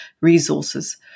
resources